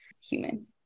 human